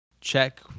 check